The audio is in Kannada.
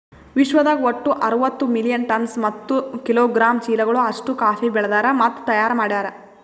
ವಿಶ್ವದಾಗ್ ಒಟ್ಟು ಅರವತ್ತು ಮಿಲಿಯನ್ ಟನ್ಸ್ ಮತ್ತ ಕಿಲೋಗ್ರಾಮ್ ಚೀಲಗಳು ಅಷ್ಟು ಕಾಫಿ ಬೆಳದಾರ್ ಮತ್ತ ತೈಯಾರ್ ಮಾಡ್ಯಾರ